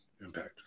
Impact